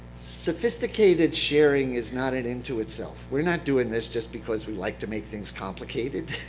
sophisticated sharing is not an end to itself. we're not doing this just because we like to make things complicated.